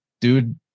dude